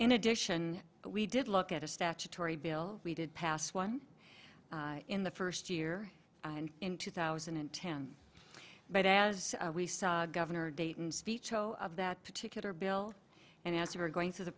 in addition we did look at a statutory bill we did pass one in the first year and in two thousand and ten but as we saw governor dayton speech of that particular bill and as we were going through the